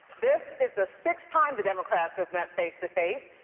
this is the sixth time the democrats have met face to face.